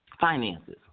finances